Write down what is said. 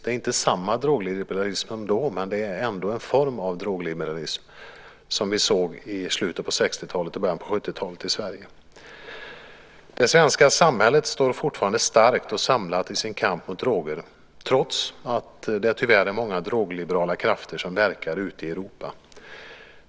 Det var inte samma drogliberalism då, men det var ändå en form av drogliberalism som vi såg i slutet av 60-talet och början av 70-talet i Sverige. Det svenska samhället står fortfarande starkt och samlat i sin kamp mot droger, trots att det tyvärr är många drogliberala krafter som verkar ute i Europa.